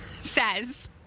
says